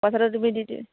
পইচাটো তুমি দি দি